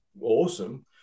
awesome